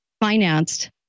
financed